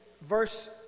verse